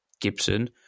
Gibson